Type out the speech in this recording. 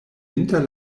inter